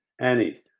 Annie